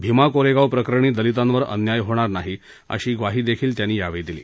भीमा कोरेगाव प्रकरणी दलितांवर अन्याय होणार नाही अशी ग्वाही त्यांनी यावेळी दिली